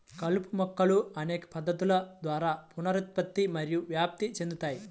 కలుపు మొక్కలు అనేక పద్ధతుల ద్వారా పునరుత్పత్తి మరియు వ్యాప్తి చెందుతాయి